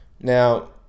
now